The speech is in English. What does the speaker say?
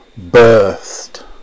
birthed